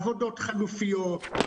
למצוא מגוון של פתרונות עבודות חלופיות,